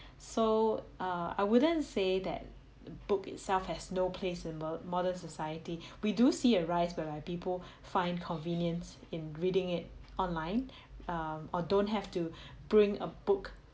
so err I wouldn't say that book itself has no place in the modern society we do see a rise when people find convenience in reading it online um or don't have to bring a book